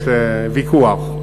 בהחלט ויכוח.